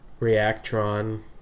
Reactron